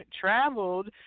traveled